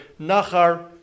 Nachar